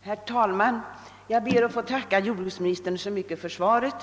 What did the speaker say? Herr talman! Jag ber att få tacka jordbruksministern för svaret.